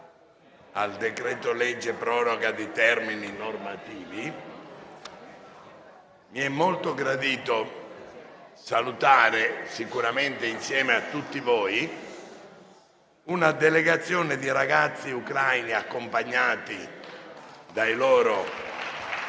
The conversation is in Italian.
grazie a tutto